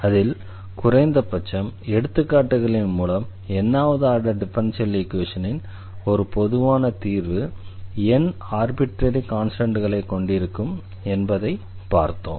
அதில் குறைந்தபட்சம் எடுத்துக்காட்டுகளின் மூலம் n வது ஆர்டர் டிஃபரன்ஷியல் ஈக்வேஷனின் ஒரு பொதுவான தீர்வு n ஆர்பிட்ரரி கான்ஸ்டண்ட்களைக் கொண்டிருக்கும் என்பதை பார்த்தோம்